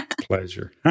pleasure